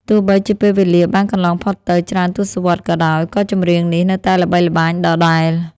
ទោះបីជាពេលវេលាបានកន្លងផុតទៅច្រើនទសវត្សរ៍ក៏ដោយ ក៏ចម្រៀងនេះនៅតែល្បីល្បាញដដែល។